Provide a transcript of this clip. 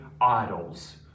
idols